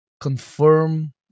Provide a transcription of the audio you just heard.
confirm